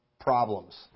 problems